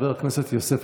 חבר הכנסת יוסף